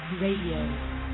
Radio